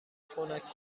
خنک